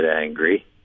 angry